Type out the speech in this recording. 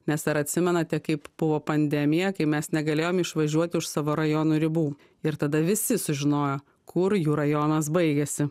mes ar atsimenate kaip buvo pandemija kai mes negalėjom išvažiuoti už savo rajono ribų ir tada visi sužinojo kur jų rajonas baigiasi